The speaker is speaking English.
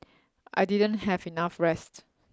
I didn't have enough rest